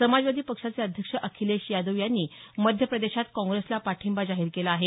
समाजवादी पक्षाचे अध्यक्ष अखिलेश यादव यांनी मध्यप्रदेशात काँग्रेसला पाठिंबा जाहीर केला आहे